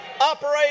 operate